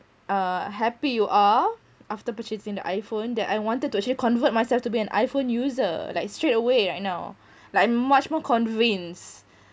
uh happy you are after purchasing the iphone that I wanted to actually convert myself to be an iphone user like straightaway right now like much more convinced